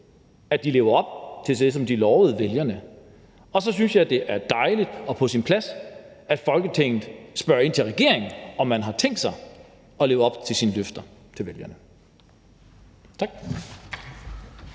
at de lever op til det, som de lovede vælgerne, og så synes jeg, det er dejligt og på sin plads, at Folketinget spørger ind til, om regeringen har tænkt sig at leve op til sine løfter til vælgerne. Kl.